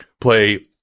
play